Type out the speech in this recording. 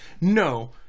No